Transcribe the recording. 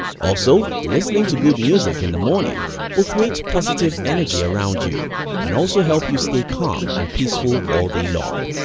also, listening to good music in the morning will create positive energy around you and also help you to stay calm and peaceful all day long.